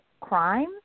crime